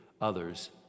others